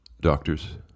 Doctors